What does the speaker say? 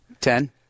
ten